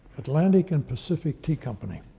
atlantic and pacific tea company.